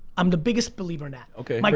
i'm the biggest believer in that. okay, like